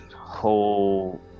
whole